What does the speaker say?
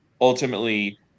ultimately